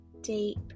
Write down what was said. deep